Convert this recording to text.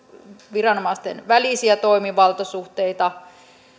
viranomaisten välisiä toimivaltasuhteita